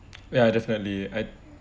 ya definitely I